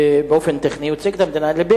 ובאופן טכני הוא ייצג את המדינה,